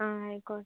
ആ ആയിക്കോട്ടെ